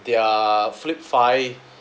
their flip five